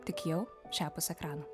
tik jau šiapus ekrano